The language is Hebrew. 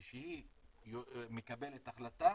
כשהיא מקבלת החלטה